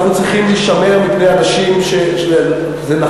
אנחנו צריכים להישמר מפני אנשים,